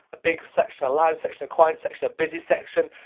a big section, a loud section, a quiet section, a busy section,